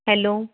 hello